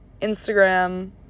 Instagram